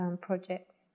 projects